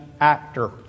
actor